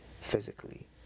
physically